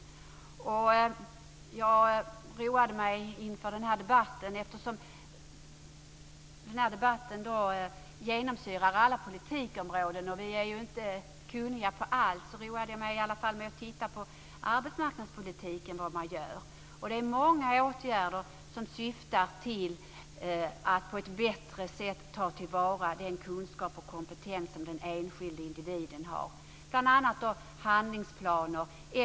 Den här debatten genomsyrar alla politikområden. Vi är inte kunniga på allt, men jag har roat mig med att titta på vad som görs inom arbetsmarknadspolitiken. Det gäller många åtgärder som syftar till att på ett bättre sätt ta till vara den kunskap och den kompetens som den enskilde individen har. Bl.a. utarbetas handlingsplaner.